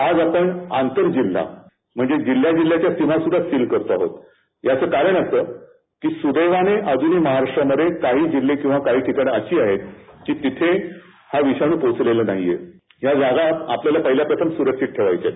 आज आपण आंतर जिल्हा म्हणजे जिल्हा जिल्हाच्या सीमा सुद्धा सील करीत आहोत याचं कारण असं सुदैवानं अजूनही महाराष्ट्रात असे काही जिल्हे बरीच काही ठिकाणे अशी आहेत तिथे हा विषाणू पोहोचलेला नाहीये या जागा आपल्याला सर्वप्रथम ठेवायच्या सुरक्षित ठेवायच्या आहेत